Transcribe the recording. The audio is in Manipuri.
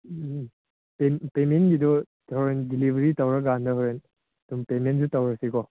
ꯎꯝ ꯄꯦꯃꯦꯟꯒꯤꯗꯣ ꯍꯣꯔꯦꯟ ꯗꯤꯂꯤꯕꯔꯤ ꯇꯧꯔ ꯀꯥꯅꯗ ꯍꯣꯔꯦꯟ ꯑꯗꯨꯝ ꯄꯦꯃꯦꯟꯁꯨ ꯇꯧꯔꯁꯤꯀꯣ